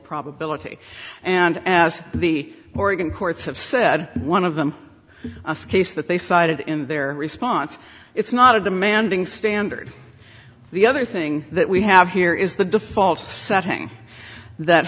probability and the oregon courts have said one of them case that they cited in their response it's not a demanding standard the other thing that we have here is the default setting that